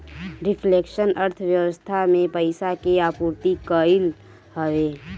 reflection अर्थव्यवस्था में पईसा के आपूर्ति कईल हवे